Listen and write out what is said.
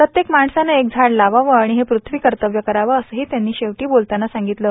प्रत्येक माणसानं एक झाड लावावं आणि हे पृथ्वीकर्तव्य करावं असं ही त्यांनी शेवटी बोलताना सांगितलं